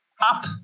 up